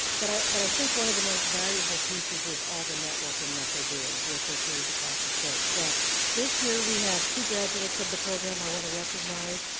but i but i think one of the most valuable pieces is all the networking that they do with their peers across the state. so this year we have two graduates of the program i want to recognize.